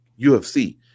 UFC